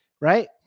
Right